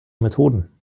methoden